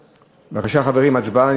בבקשה, חברים, הצבעה.